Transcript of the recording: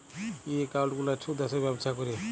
ই account গুলার সুদ আসে ব্যবছা ক্যরে